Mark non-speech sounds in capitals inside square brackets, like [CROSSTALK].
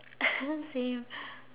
[LAUGHS] same